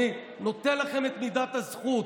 אני נותן לכם את מידת הזכות.